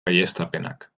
baieztapenak